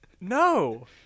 no